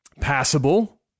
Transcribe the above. passable